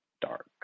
dark